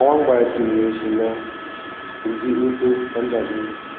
ꯑꯋꯥꯡ ꯚꯥꯔꯠꯀꯤ ꯃꯤꯑꯣꯏꯁꯤꯡꯅ ꯍꯤꯟꯗꯤ ꯎꯔꯗꯨ ꯄꯟꯖꯥꯕꯤ